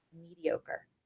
mediocre